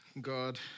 God